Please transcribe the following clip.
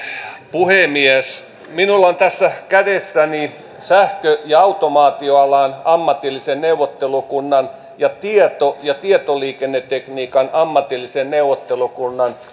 puhemies minulla on tässä kädessäni sähkö ja automaatioalan ammatillisen neuvottelukunnan ja tieto ja tietoliikennetekniikan ammatillisen neuvottelukunnan